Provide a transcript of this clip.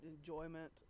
enjoyment